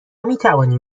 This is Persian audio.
میتوانیم